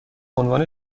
عنوان